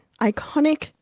iconic